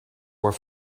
were